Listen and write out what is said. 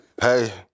Hey